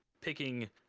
picking